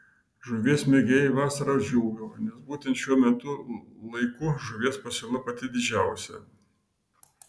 žuvies mėgėjai vasarą džiūgauja nes būtent šiuo metų laiku žuvies pasiūla pati didžiausia